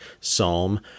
Psalm